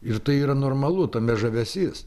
ir tai yra normalu tame žavesys